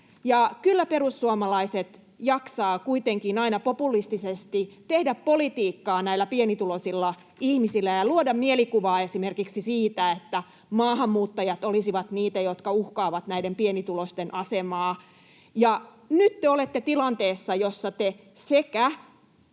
Kyllä perussuomalaiset jaksavat kuitenkin aina populistisesti tehdä politiikkaa näillä pienituloisilla ihmisillä ja luoda mielikuvaa esimerkiksi siitä, että maahanmuuttajat olisivat niitä, jotka uhkaavat näiden pienituloisten asemaa. Nyt te olette tilanteessa, jossa te